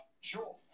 sure